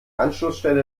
anschlussstelle